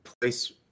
place